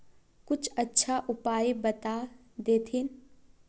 कुछ अच्छा उपाय बता देतहिन?